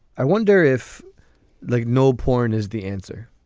i wonder if like no porn is the answer